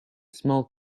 small